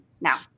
now